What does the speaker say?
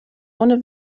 ohne